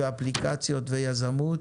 אפליקציות ויזמות.